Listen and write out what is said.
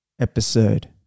episode